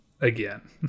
again